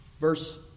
Verse